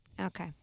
Okay